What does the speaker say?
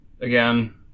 again